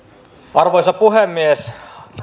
arvoisa puhemies